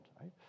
Right